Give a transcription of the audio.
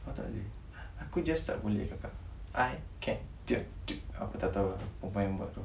tak boleh aku just tak boleh kakak I can aku tak tahu lah perempuan yang buat tu